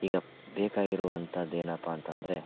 ಈಗ ಬೇಕಾಗಿರುವಂಥದ್ ಏನಪ್ಪ ಅಂತಂದರೆ